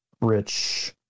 rich